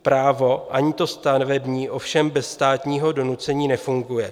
Právo, ani to stavební, ovšem bez státního donucení nefunguje.